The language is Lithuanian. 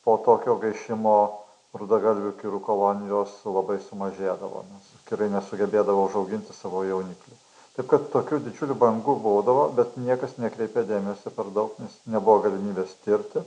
po tokio gaišimo rudagalvių kirų kolonijos labai sumažėdavo nes kirai nesugebėdavo užauginti savo jauniklių taip kad tokių didžiulių bangų būdavo bet niekas nekreipė dėmesio per daug nes nebuvo galimybės tirti